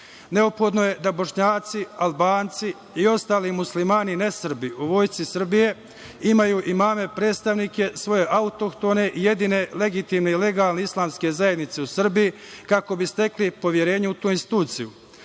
zajednice. Neophodno je da Bošnjaci, Albanci i ostali muslimani, nesrbi u Vojsci Srbije imaju imame predstavnike svoje autohtone i jedine legitimne i legalne islamske zajednice u Srbiji, kako bi stekli poverenje u tu instituciju.